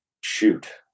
shoot